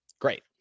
Great